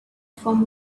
from